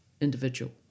individual